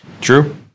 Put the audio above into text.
True